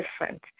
different